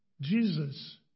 Jesus